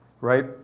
right